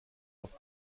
auf